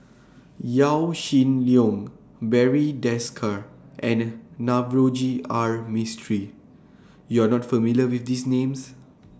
Yaw Shin Leong Barry Desker and Navroji R Mistri YOU Are not familiar with These Names